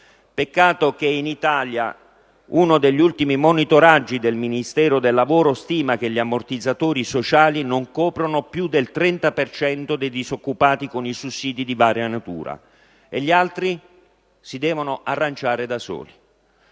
Peccato che in Italia uno degli ultimi monitoraggi del Ministero del lavoro stimi che gli ammortizzatori sociali non coprono più del 30 per cento dei disoccupati, con sussidi di varia natura; e gli altri? Si devono arrangiare da soli.